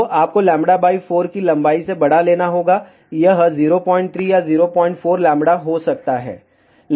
तो आपको λ 4 की लंबाई से बड़ा लेना होगा यह 03 या 04λ हो सकता है